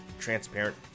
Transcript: transparent